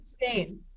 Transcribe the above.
insane